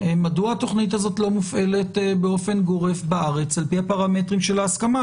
מדוע התוכנית הזאת לא מופעלת באופן גורף בארץ על פי הפרמטרים של ההסכמה?